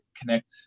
connect